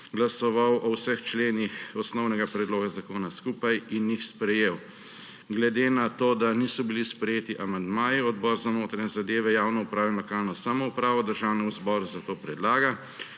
glasoval o vseh členih osnovnega predloga zakona skupaj in jih sprejel. Glede na to da niso bili sprejeti amandmaji, Odbor za notranje zadeve, javno upravo in lokalno samoupravo Državnemu zboru zato predlaga,